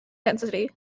density